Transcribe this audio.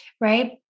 right